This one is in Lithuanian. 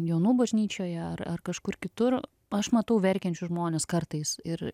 jonų bažnyčioje ar ar kažkur kitur aš matau verkiančius žmones kartais ir